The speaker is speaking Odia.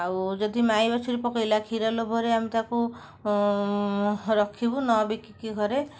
ଆଉ ଯଦି ମାଇବାଛୁରୀ ପକାଇଲା କ୍ଷୀର ଲୋଭରେ ଆମେ ତାକୁ ରଖିବୁ ନବିକିକି ଘରେ